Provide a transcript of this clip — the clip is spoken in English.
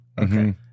Okay